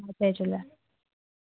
हा जय झूलेलाल